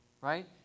right